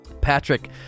Patrick